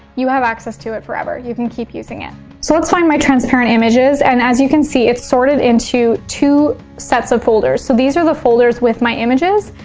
you have access to it forever. you can keep using it. so let's find my transparent images and as you can see it's sorted into two sets of folders. so these are the folders with my images.